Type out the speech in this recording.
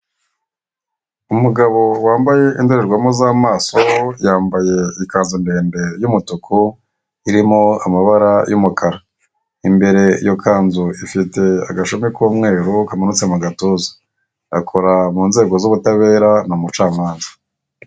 Umugabo wambaye indorerwamo z'amaso, yambaye ikanzu ndende y'umtuku irimo amabara y'umukara. Imbere iyo kanzu ifite agashumi k'umweru kamanutse mu gatuza, akora mu nzego z'ubutabera, ni umucamanza.